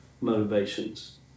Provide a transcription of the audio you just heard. motivations